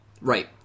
Right